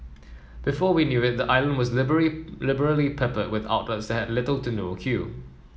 before we knew it the island was liberally liberally peppered with outlets that had little to no queue